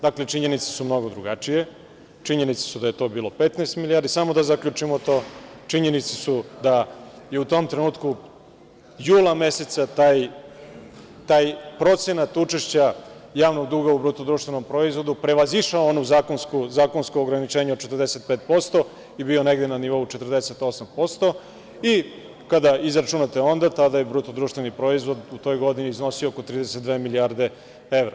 Dakle, činjenice su mnogo drugačije, činjenice su da je to bilo 15 milijardi, samo da zaključimo to, činjenicu su da je u tom trenutku, jula meseca, taj procenat učešća javnog duga u BDP prevazišao ono zakonsko ograničenje od 45% i bio negde na nivou 48% i kada izračunate, onda je BDP u toj godini iznosio oko 32 milijarde evra.